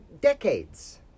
decades